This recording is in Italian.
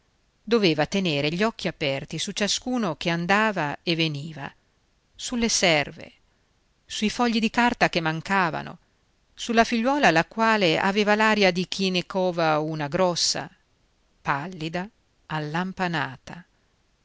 doveva tenere gli occhi aperti su ciascuno che andava e veniva sulle serve sui fogli di carta che mancavano sulla figliuola la quale aveva l'aria di chi ne cova una grossa pallida